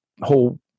whole